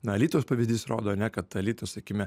na alytaus pavyzdys rodo ane kad alytus sakykime